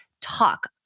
talk